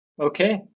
Okay